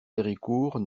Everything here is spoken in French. héricourt